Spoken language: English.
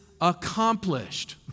accomplished